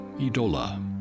Idola